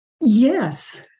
Yes